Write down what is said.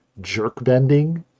jerkbending